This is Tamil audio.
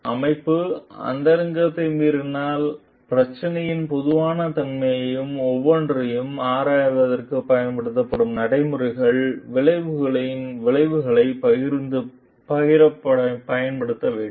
அமைப்பு அந்தரங்கத்தை மீறாமல் பிரச்சினையின் பொதுவான தன்மையையும் ஒவ்வொன்றையும் ஆராய்வதற்குப் பயன்படுத்தப்படும் நடைமுறையையும் விளைவுகளின் விளைவுகளையும் பகிரங்கப்படுத்த வேண்டும்